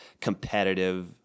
competitive